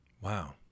Wow